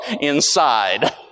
inside